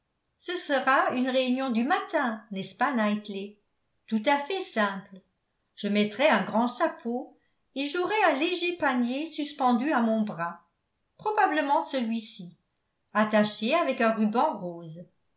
ce sera une réunion du matin n'est-ce pas knightley tout à fait simple je mettrai un grand chapeau et j'aurai un léger panier suspendu à mon bras probablement celui-ci attaché avec un ruban rose